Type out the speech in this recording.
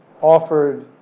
offered